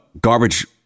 garbage